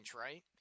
right